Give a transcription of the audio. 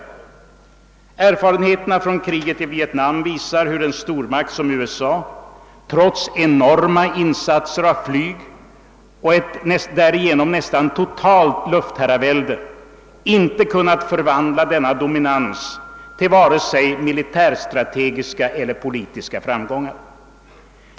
Erfarenheterna från kriget i Vietnam visar hur en stormakt som USA, trots enorma insatser av flyg, och ett därigenom nästan totalt luftherravälde, inte kunnat förvandla denna dominans till vare sig militärstrategiska eller politiska framgångar.